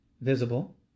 visible